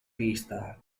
pista